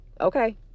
okay